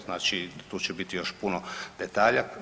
Znači tu će biti još puno detalja.